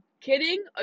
Kidding